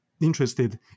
interested